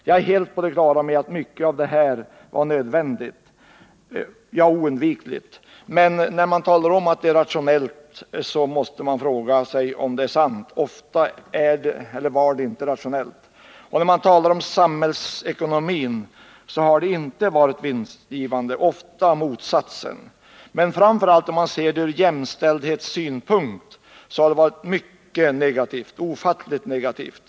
Jag är helt på det klara med att mycket av det som gjorts varit nödvändigt, ja, oundvikligt, men när man talar om att något var eller är rationellt måste man fråga sig om det är sant. Ofta var det inte rationellt. När man talar om samhällsekonomin kan man konstatera att åtgärderna inte har varit vinstgivande, ofta motsatsen. Men framför allt ur jämställdhetssynpunkt har det som gjorts varit ofattbart negativt.